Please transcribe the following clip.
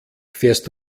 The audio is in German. fährst